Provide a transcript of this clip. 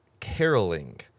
Caroling